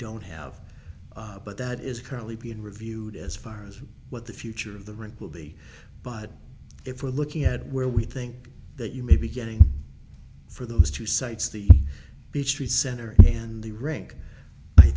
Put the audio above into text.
don't have but that is currently being reviewed as far as what the future of the rink will be but if we're looking at where we think that you may be getting for those two sites the beech tree center and the rink i